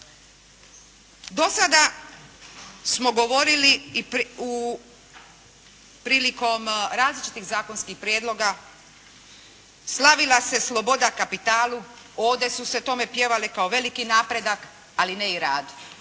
Do sada smo govorili prilikom različitih zakonskih prijedloga, slavila se sloboda kapitalu, ode su se tome pjevale kao veliki napredak, ali ne i radu.